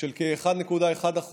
של כ-1.1%.